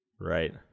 Right